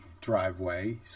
driveway